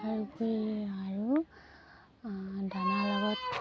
তাৰ উপৰি আৰু দানাৰ লগত